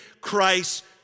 Christ